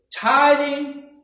tithing